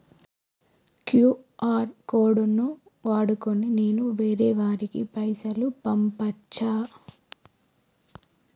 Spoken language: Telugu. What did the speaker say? క్యూ.ఆర్ కోడ్ ను వాడుకొని నేను వేరే వారికి పైసలు పంపచ్చా?